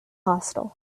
hostile